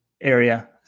area